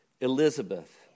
Elizabeth